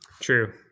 True